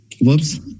Whoops